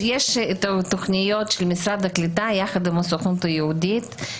יש תכניות של משרד הקליטה יחד עם הסוכנות היהודית,